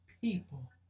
people